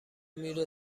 میره